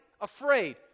afraid